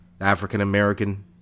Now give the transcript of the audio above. African-American